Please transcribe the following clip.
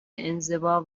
انزوا